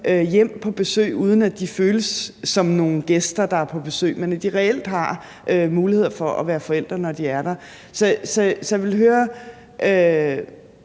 hjem på besøg, uden at de føles som nogle gæster, der er på besøg, altså at de reelt har muligheder for at være forældre, når de er der. Så jeg vil høre,